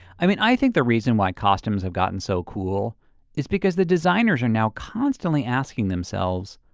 i mean i think the reason why costumes have gotten so cool is because the designers are now constantly asking themselves,